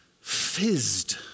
fizzed